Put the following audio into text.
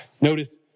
Notice